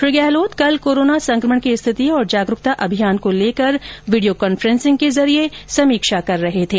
श्री गहलोत कल कोरोना संक्रमण की स्थिति और जागरुकता अभियान को लेकर वीडियो कॉन्फ्रेंसिग के जरिए समीक्षा कर रहे थे